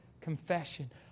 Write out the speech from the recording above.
confession